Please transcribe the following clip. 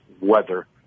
weather